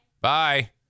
Bye